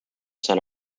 sun